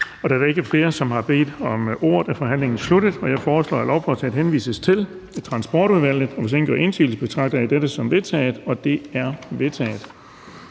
Da der ikke er flere, der har bedt om ordet, er forhandlingen sluttet. Jeg foreslår, at lovforslaget henvises til Transportudvalget, og hvis ingen gør indsigelse, betragter jeg dette som vedtaget. Det er vedtaget.